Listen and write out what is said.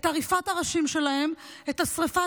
את עריפת הראשים שלהם, את השרפה